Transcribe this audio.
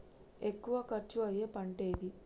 ఎక్కువ ఖర్చు అయ్యే పంటేది?